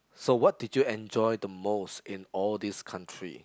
so what did you enjoy the most in all this country